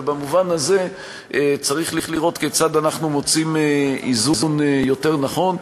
ובמובן הזה צריך לראות כיצד אנחנו מוצאים איזון יותר נכון.